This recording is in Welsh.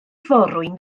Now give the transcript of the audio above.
forwyn